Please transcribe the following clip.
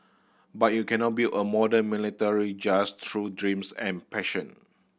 but you cannot build a modern military just through dreams and passion